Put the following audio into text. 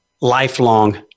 lifelong